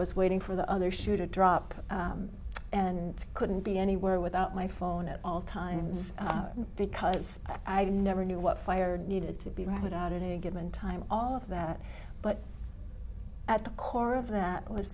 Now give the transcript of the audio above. was waiting for the other shoe to drop and couldn't be anywhere without my phone at all times because i never knew what fired needed to be right out at any given time all of that but at the core of that was